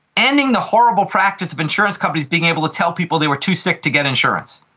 ending the horrible practice of insurance companies being able to tell people they were too sick to get insurance.